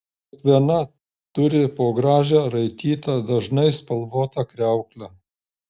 kiekviena turi po gražią raitytą dažnai spalvotą kriauklę